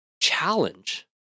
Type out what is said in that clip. challenge